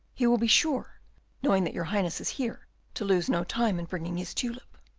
he will be sure knowing that your highness is here to lose no time in bringing his tulip.